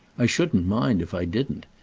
i shouldn't mind if i didn't.